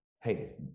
hey